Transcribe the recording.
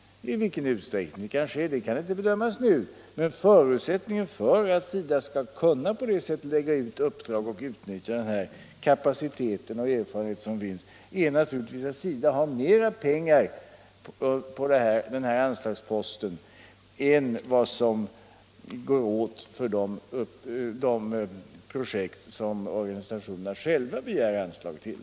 I vilken utsträckning det kan ske kan inte bedömas nu, men förutsättningen för att SIDA på det sättet skall kunna lägga ut uppdrag och utnyttja den kapacitet och erfarenhet som finns är naturligtvis att SIDA har mera pengar på anslagsposten än vad som går åt för de projekt som organisationerna själva begär anslag till.